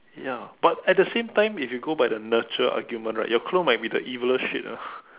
ya but at the same time if you go by the nurture argument right your clone might be the eviler shit ah